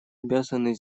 обязаны